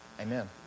Amen